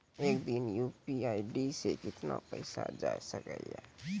एक दिन मे यु.पी.आई से कितना पैसा जाय सके या?